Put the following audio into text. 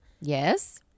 Yes